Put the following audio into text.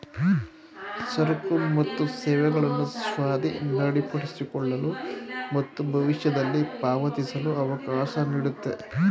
ಸರಕು ಮತ್ತು ಸೇವೆಗಳನ್ನು ಸ್ವಾಧೀನಪಡಿಸಿಕೊಳ್ಳಲು ಮತ್ತು ಭವಿಷ್ಯದಲ್ಲಿ ಪಾವತಿಸಲು ಅವಕಾಶ ನೀಡುತ್ತೆ